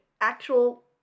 actual